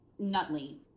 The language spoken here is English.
nutley